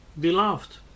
beloved